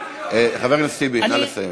בחיים, חבר הכנסת טיבי, נא לסיים.